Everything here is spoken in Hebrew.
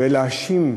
ולהאשים,